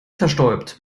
zerstäubt